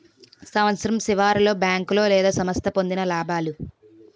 సంవత్సరం సివర్లో బేంకోలు లేదా సంస్థ పొందిన లాబాలు